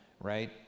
right